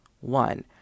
One